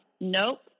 nope